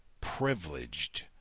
privileged